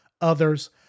others